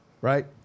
Right